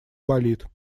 болит